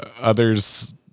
others